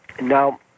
Now